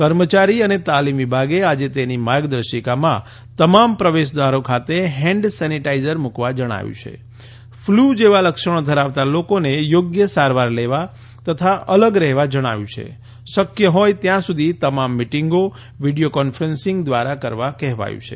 કર્મચારી અને તાલીમ વિભાગે આજે તેની માર્ગદર્શિકામાં તમામ પ્રવેશદ્વારો ખાતે હેન્ડ સેનીટાઇઝર મુકવા જણાવ્યું છે ફલુ જેવા લક્ષણો ધરાવતા લોકો ને યોગ્ય સારવાર લેવા તથા અલગ રહેવા જણાવાયું છે શકય હોય ત્યાં સુધી તમામ મીટીંગો વીડીયો કોન્ફરન્સીંગ દ્વારા કરવા કહેવાયું છે